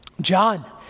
John